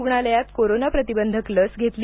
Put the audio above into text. रुग्णालयात कोरोना प्रतिबंधक लस घेतली